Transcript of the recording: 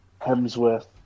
Hemsworth